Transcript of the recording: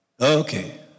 Okay